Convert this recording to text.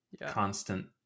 constant